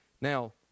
now